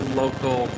local